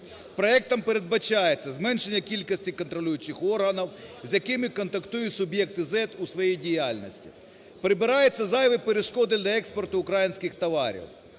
Проектом передбачається зменшення кількості контролюючих органів, з якими контактують суб'єкти ЗЕД у своїй діяльності. Прибираються зайві перешкоди для експорту українських товарів.